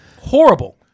Horrible